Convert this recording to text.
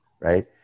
right